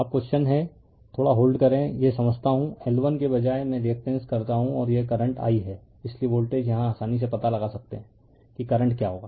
अब क्वेश्चन हैं थोडा होल्ड करे यह समझाता हू L1 के बजाय मैं रीएक्टेंस करता हूं और यह करंट i हैं इसलिए वोल्टेज यहां आसानी से पता लगा सकता है कि करंट क्या होगा